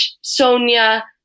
Sonia